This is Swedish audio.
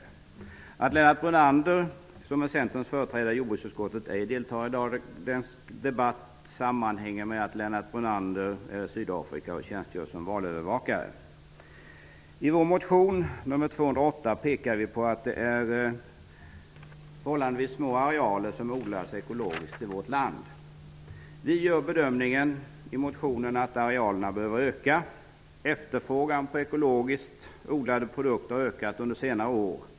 Anledningen till att Lennart Brunander, som är Centerns företrädare i jordbruksutskottet, ej deltar i debatten i dag är att han är i Sydafrika och tjänstgör som valövervakare. I vår motion Jo208 pekar vi på att det är förhållandevis små arealer som odlas ekologiskt i vårt land. Vi gör bedömningen att arealerna behöver öka. Efterfrågan på ekologiskt odlade produkter har ökat under senare år.